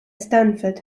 stanford